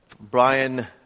Brian